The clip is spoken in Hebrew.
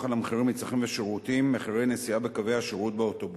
על מחירי מצרכים ושירותים (מחירי נסיעה בקווי השירות באוטובוסים).